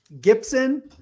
Gibson